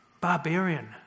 Barbarian